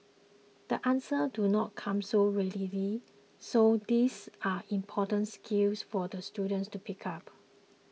the answers do not come so readily so these are important skills for the students to pick up